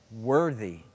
Worthy